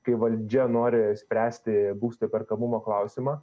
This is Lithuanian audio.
kai valdžia nori spręsti būsto įperkamumo klausimą